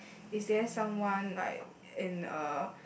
is there someone like in uh